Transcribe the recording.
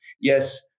Yes